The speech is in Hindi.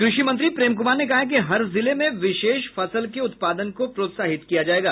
कृषि मंत्री प्रेम कुमार ने कहा है कि हर जिले में विशेष फसल के उत्पादन को प्रोत्साहित किया जायेगा